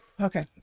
Okay